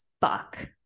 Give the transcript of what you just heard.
fuck